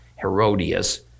Herodias